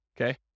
okay